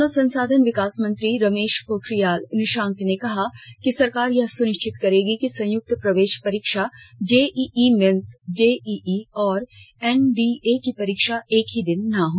मानव संसाधन विकास मंत्री रमेश पोखरियाल निशंक ने कहा कि सरकार यह सुनिश्चित करेगी कि संयुक्त प्रवेश परीक्षा जेईई मेंस जेईई और एनडीए की परीक्षा एक ही दिन न हो